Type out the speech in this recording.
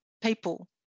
people